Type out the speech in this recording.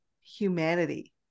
humanity